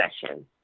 session